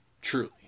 truly